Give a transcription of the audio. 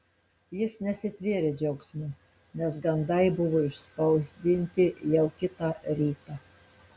jis nesitvėrė džiaugsmu nes gandai buvo išspausdinti jau kitą rytą